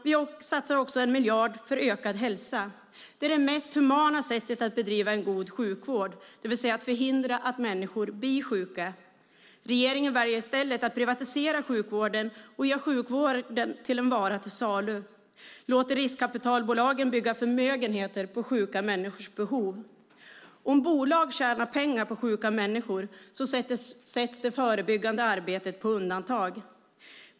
Vi satsar också 1 miljard för ökad hälsa. Det är det mest humana sättet att bedriva en god sjukvård, det vill säga att förhindra att människor blir sjuka. Regeringen väljer i stället att privatisera sjukvården, gör sjukvården till en vara till salu och låter riskkapitalbolag bygga förmögenheter på sjuka människors behov. Om bolag tjänar pengar på sjuka människor sätts det förebyggande arbetet på undantag.